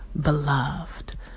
Beloved